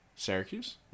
Syracuse